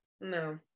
no